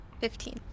Fifteen